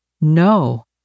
No